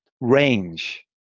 range